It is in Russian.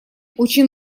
очень